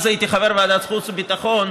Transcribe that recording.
אז הייתי חבר ועדת החוץ והביטחון,